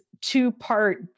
two-part